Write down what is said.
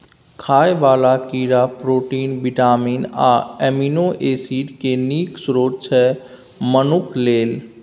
खाइ बला कीड़ा प्रोटीन, बिटामिन आ एमिनो एसिड केँ नीक स्रोत छै मनुख लेल